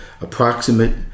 approximate